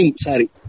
sorry